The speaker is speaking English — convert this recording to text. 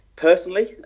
Personally